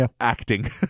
acting